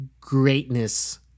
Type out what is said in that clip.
greatness